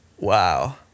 Wow